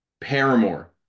Paramore